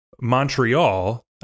Montreal